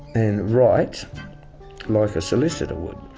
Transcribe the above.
and write like a solicitor would.